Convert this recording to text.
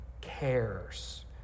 cares